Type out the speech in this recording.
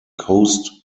cost